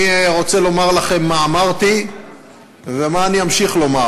אני רוצה לומר לכם מה אמרתי ומה אמשיך לומר.